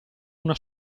una